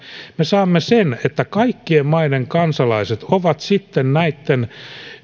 me saamme sen että kaikkien maiden kansalaiset ovat sitten